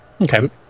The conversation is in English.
Okay